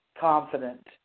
confident